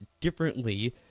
differently